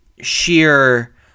sheer